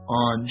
on